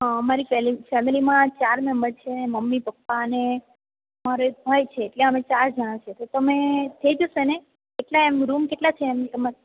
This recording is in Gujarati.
અમારી ફેમિલી ફેમિલીમાં ચાર મેમ્બર છે મમ્મી પાપા અને મારો એક ભાઈ છે એટલે અમે ચાર જણા છીએ તો તમે થઈ જશે ને એટલે રૂમ એમ કેટલા છે તમાર